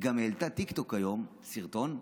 היא גם העלתה טיק-טוק היום, סרטון,